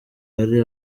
hari